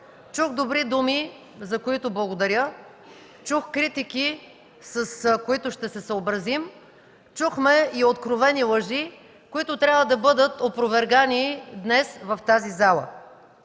Чух добри думи, за които благодаря, чух критики, с които ще се съобразим, чухме и откровени лъжи, които трябва да бъдат опровергани днес в тази зала.